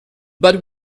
but